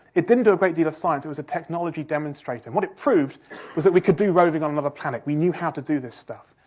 it didn't do a great deal of science, it was a technology demonstrator. and what it proved was that we could do roving on another planet, we knew how to do this stuff.